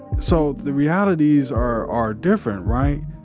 so the realities are are different, right?